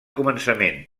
començament